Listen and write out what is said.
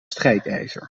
strijkijzer